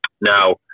Now